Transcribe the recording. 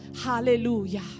Hallelujah